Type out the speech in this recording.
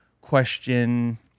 question